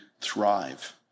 thrive